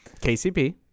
KCP